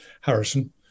Harrison